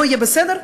לא יהיה בסדר.